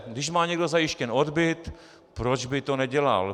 Když má někdo zajištěn odbyt, proč by to nedělal?